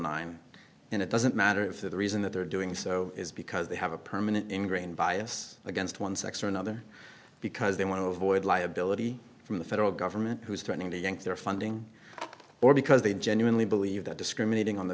nine and it doesn't matter if the reason that they're doing so is because they have a permanent ingrained bias against one sex or another because they want to avoid liability from the federal government who is threatening to yank their funding or because they genuinely believe that discriminating on the